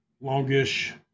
longish